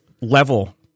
level